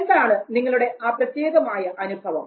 എന്താണ് നിങ്ങളുടെ ആ പ്രത്യേകമായ അനുഭവം